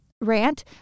rant